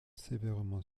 sévèrement